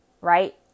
Right